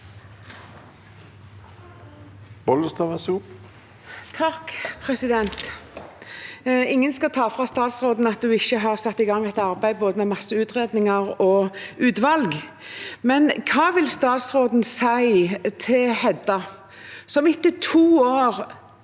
Ingen skal ta fra statsråden at hun har satt i gang et arbeid med masse utredninger og utvalg, men hva vil statsråden si til Hedda, som to år